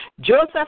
Joseph